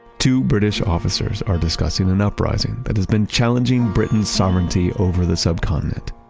two british officers are discussing an uprising that has been challenging britain's sovereignty over the sub-continent.